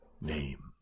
name